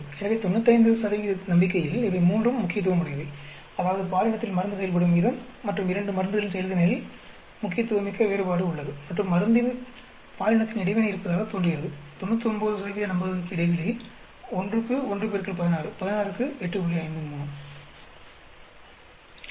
எனவே 95 நம்பிக்கையில் இவை மூன்றும் முக்கியத்துவமுடையவை அதாவது பாலினத்தில் மருந்து செயல்படும் விதம் மற்றும் இரண்டு மருந்துகளின் செயல்திறனில் முக்கியத்துவமிக்க வேறுபாடு உள்ளது மற்றும் மருந்தில் பாலினத்தின் இடைவினை இருப்பதாக தோன்றுகிறது 99 நம்பக இடைவெளியில் 1 க்கு 1 X 16 16 க்கு 8